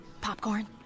Popcorn